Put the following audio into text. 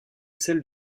celle